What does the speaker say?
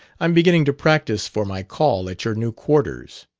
i'm beginning to practice for my call at your new quarters.